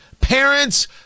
Parents